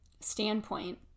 standpoint